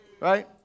Right